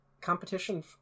competition